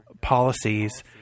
policies